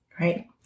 Right